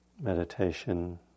meditation